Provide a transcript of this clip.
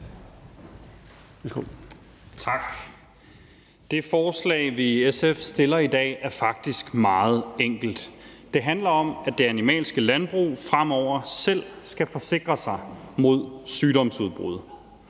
og som vi behandler i dag, er faktisk meget enkelt. Det handler om, at det animalske landbrug fremover selv skal forsikre sig mod sygdomsudbrud.